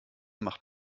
macht